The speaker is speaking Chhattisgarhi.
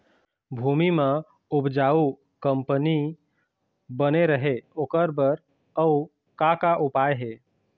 भूमि म उपजाऊ कंपनी बने रहे ओकर बर अउ का का उपाय हे?